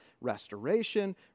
restoration